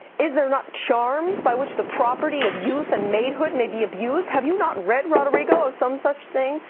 is there not charms by which the property of youth and maidhood may be abused? have you not read, roderigo, of some such thing?